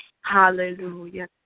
hallelujah